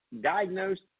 diagnosed